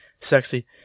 sexy